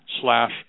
slash